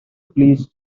please